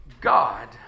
God